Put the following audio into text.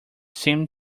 seemed